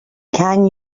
can